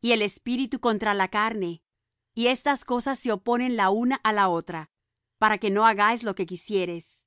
y el espíritu contra la carne y estas cosas se oponen la una á la otra para que no hagáis lo que quisieres